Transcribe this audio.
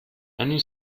many